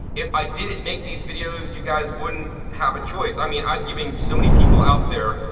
if i didn't make these videos, you guys wouldn't have a choice. i mean, i'm giving so many people out there,